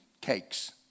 cakes